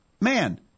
Man